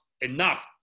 enough